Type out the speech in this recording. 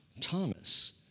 Thomas